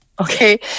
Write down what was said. okay